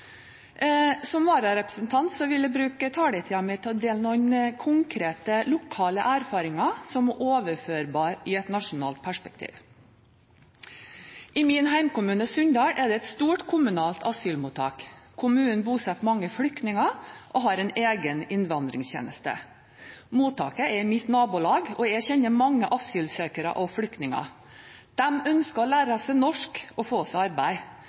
Som vararepresentant vil jeg bruke taletiden min til å dele noen konkrete lokale erfaringer som er overførbare i et nasjonalt perspektiv. I min hjemkommune Sunndal er det et stort kommunalt asylmottak. Kommunen bosetter mange flyktninger og har en egen innvandringstjeneste. Mottaket er i mitt nabolag, og jeg kjenner mange asylsøkere og flyktninger. De ønsker å lære seg norsk og få seg arbeid.